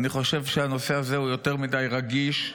אני חושב שהנושא הזה הוא יותר מדי רגיש,